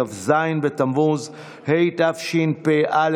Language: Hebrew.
כ"ז בתמוז התשפ"א,